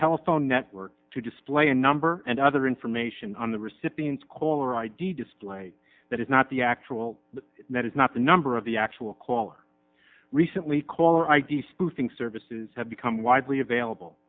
telephone network to display a number and other information on the recipient's caller id displayed that is not the actual that is not the number of the actual caller recently caller id spoofing services have become widely available